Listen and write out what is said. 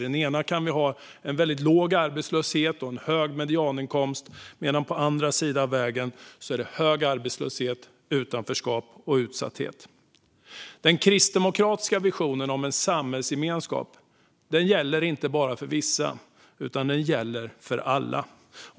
På den ena har man låg arbetslöshet och hög medianinkomst, men på andra sidan vägen är det hög arbetslöshet, utanförskap och utsatthet. Den kristdemokratiska visionen om en samhällsgemenskap gäller inte bara för vissa utan för alla.